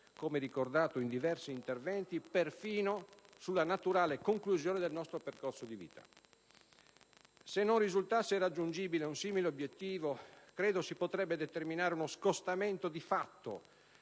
come ricordato in i diversi interventi, perfino sulla naturale conclusione del nostro percorso di vita. Se non risultasse raggiungibile un simile obiettivo, credo si potrebbe determinare uno scostamento di fatto